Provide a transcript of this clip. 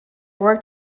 worked